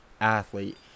athlete